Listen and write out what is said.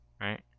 Right